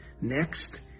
Next